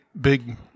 big